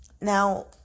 now